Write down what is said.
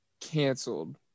canceled